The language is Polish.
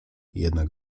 jednak